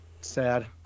Sad